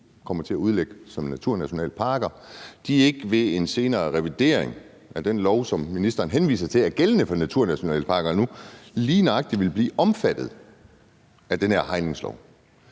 kommer til at udlægge som naturnationalparker, ikke i fremtiden ved en senere revidering af den lov, som ministeren henviser til nu er gældende for naturnationalparkerne, lige nøjagtig vil blive omfattet af den her hegningslov?